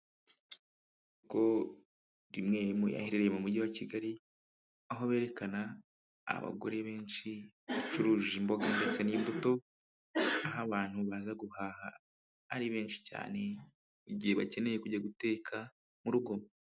Isoko rimwe mu aherere mu Mujyi wa Kigali, aho berekana abagore benshi bacuruje imboga ndetse n'imbuto, aho abantu baza guhaha ari benshi cyane, igihe bakeneye kujya guteka mu rugo.